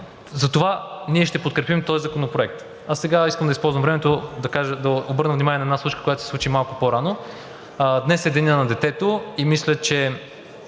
Затова ние ще подкрепим този законопроект. А сега искам да използвам времето да обърна внимание на една случка, която се случи малко по-рано. Днес е Денят на детето и мисля, че